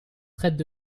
traitent